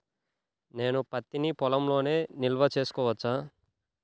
నేను పత్తి నీ పొలంలోనే నిల్వ చేసుకోవచ్చా?